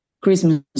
christmas